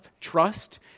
trust